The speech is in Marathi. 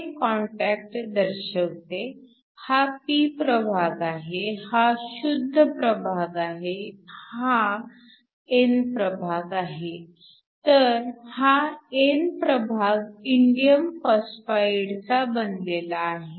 हे कॉन्टॅक्ट दर्शवते हा p प्रभाग आहे हा शुद्ध प्रभाग आहे व हा n प्रभाग आहे तर हा n प्रभाग इंडियम फॉस्फाईडचा बनलेला आहे